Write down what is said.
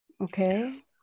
Okay